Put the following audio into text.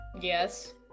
Yes